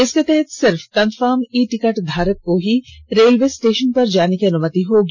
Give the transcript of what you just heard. इसके तहत सिर्फ कंफर्म ई टिकट धारक को ही रेलवे स्टेशन पर जाने की अनुमति होगी